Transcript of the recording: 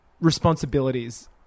responsibilities